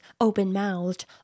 open-mouthed